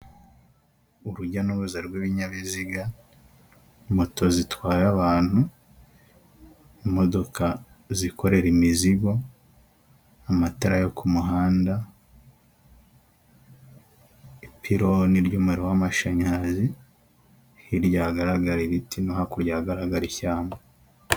Urujya n'uruza rw'ibinyabiziga, moto zitwaye abantu, imodoka zikorera imizigo, amatara yo ku muhanda, ipironi ry'umuriro w'amashanyarazi, hirya hagaragara ibiti no hakurya hagaragara ishyamba.